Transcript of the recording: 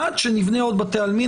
עד שנבנה עוד בתי עלמין?